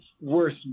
worse